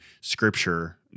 scripture